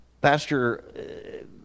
pastor